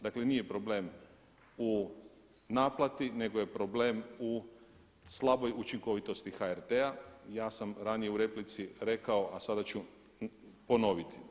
Dakle nije problem u naplati nego je problem u slaboj učinkovitosti HRT-a i ja sam ranije u replici rekao i sada ću ponoviti.